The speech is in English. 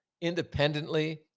independently